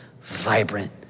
vibrant